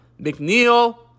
McNeil